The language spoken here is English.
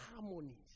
harmonies